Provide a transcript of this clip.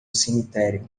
cemitério